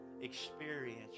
experience